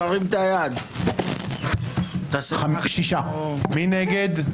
7 בעד ההסתייגות 6 נגד,